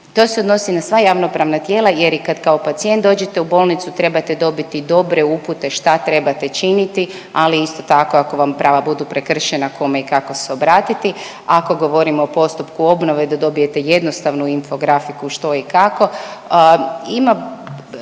To se odnosni na sva javnopravna tijela jer kad i kao pacijent dođete u bolnicu trebate dobiti dobre upute šta trebate činiti, ali isto tako ako vam prava budu prekršena kome i kako se obratiti. Ako govorimo o postupku obnove da dobijete jednostavnu infografiku što i kako. Ima